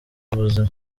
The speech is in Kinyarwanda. ubuzima